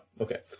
Okay